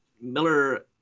Miller